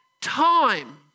time